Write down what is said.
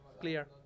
clear